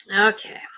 Okay